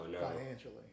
financially